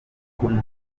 nubundi